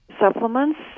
supplements